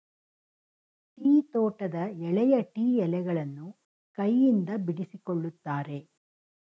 tea ತೋಟದ ಎಳೆಯ tea ಎಲೆಗಳನ್ನು ಕೈಯಿಂದ ಬಿಡಿಸಿಕೊಳ್ಳುತ್ತಾರೆ